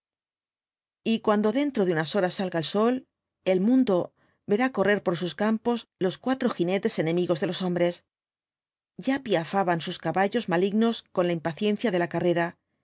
y cuando dentro de unas horas salga el sol el mundo verá correr por sus campos los cuatro jinetes enemigos de los hombres ya piafan sus caballos malignos con la impaciencia de la carrera